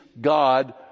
God